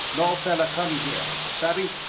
no feller comee here. sabby?